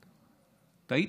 טעית,